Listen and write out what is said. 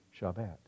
Shabbat